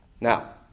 Now